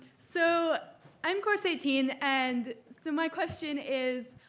so i'm course eighteen, and so my question is,